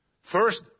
first